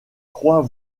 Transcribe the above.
croit